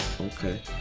okay